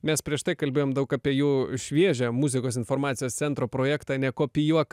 mes prieš tai kalbėjom daug apie jų šviežią muzikos informacijos centro projektą nekopijuok